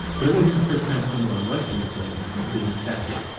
but it wasn't the first time someone on western soil had been infected.